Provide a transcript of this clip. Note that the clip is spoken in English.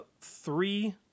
three